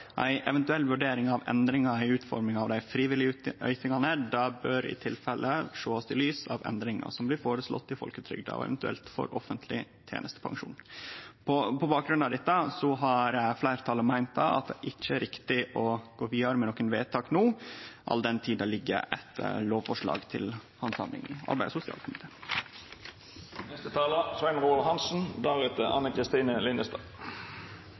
Ei eventuell vurdering av endringar i utforminga av dei frivillige ytingane bør i tilfelle sjåast i lys av endringane som blir føreslåtte i folketrygda og eventuelt for offentleg tenestepensjon. På bakgrunn av dette har fleirtalet meint at det ikkje er riktig å gå vidare med noko vedtak no, all den tid det ligg eit lovforslag til handsaming i